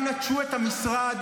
כולם נטשו את המשרד,